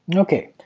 okay,